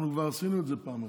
אנחנו כבר עשינו את זה פעם אחת.